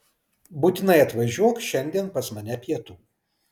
būtinai atvažiuok šiandien pas mane pietų